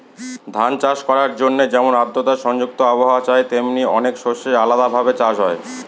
ধান চাষ করার জন্যে যেমন আদ্রতা সংযুক্ত আবহাওয়া চাই, তেমনি অনেক শস্যের আলাদা ভাবে চাষ হয়